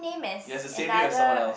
he has the same name as someone else